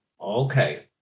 Okay